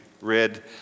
read